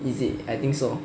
is it I think so